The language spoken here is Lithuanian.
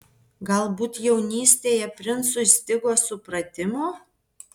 galbūt jaunystėje princui stigo supratimo